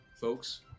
folks